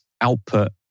output